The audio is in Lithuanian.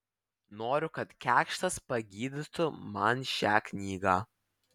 noriu kad kėkštas pagydytų man šią knygą